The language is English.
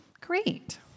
great